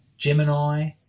Gemini